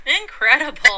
Incredible